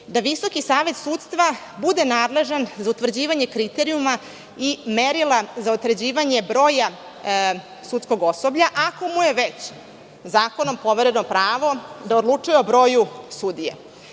da Visoki savet sudstva bude nadležan za utvrđivanje kriterijuma i merila za utvrđivanje broja sudskog osoblja, ako mu je već zakonom povereno pravo da odlučuje o broju sudija. Mislim